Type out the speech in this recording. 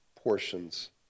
portions